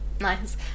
nice